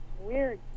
weird